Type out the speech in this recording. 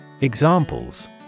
Examples